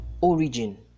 origin